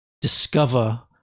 discover